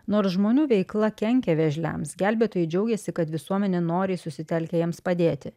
nors žmonių veikla kenkia vėžliams gelbėtojai džiaugiasi kad visuomenė noriai susitelkia jiems padėti